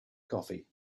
coffee